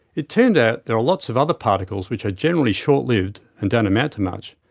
it turned out there are lots of other particles which are generally short lived and don't amount to much.